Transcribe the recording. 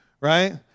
right